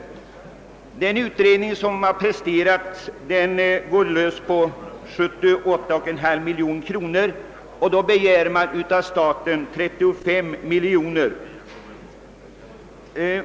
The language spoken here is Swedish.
Enligt den utredning som har presterats skulle kostnaderna komma att uppnå till 78,5 miljoner kronor. Man begär 35 miljoner kronor i bidrag från staten.